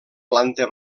planta